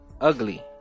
ugly